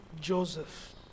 Joseph